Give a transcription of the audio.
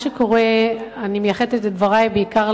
אני מייחדת את דברי בעיקר